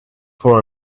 for